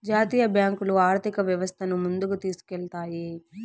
జాతీయ బ్యాంకులు ఆర్థిక వ్యవస్థను ముందుకు తీసుకెళ్తాయి